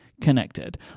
connected